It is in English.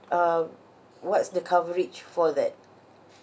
uh what's the coverage for that